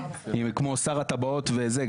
כמו שר הטבעות וזה.